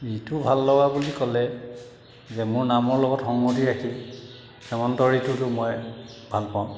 ঋতু ভাল লগা বুলি ক'লে যে মোৰ নামৰ লগত সংগতি ৰাখি হেমন্ত ঋতুটো মই ভাল পাওঁ